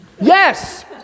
Yes